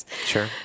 sure